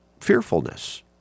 fearfulness